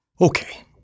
Okay